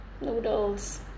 noodles